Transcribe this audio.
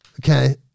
okay